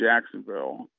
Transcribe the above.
Jacksonville